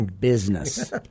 business